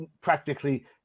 practically